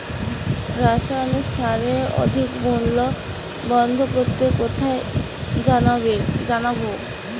রাসায়নিক সারের অধিক মূল্য বন্ধ করতে কোথায় জানাবো?